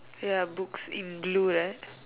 ya books in blue right